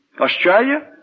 Australia